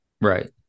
Right